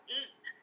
eat